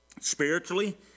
spiritually